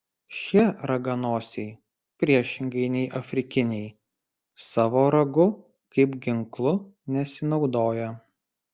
šie raganosiai priešingai nei afrikiniai savo ragu kaip ginklu nesinaudoja